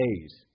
days